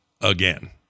again